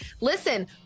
listen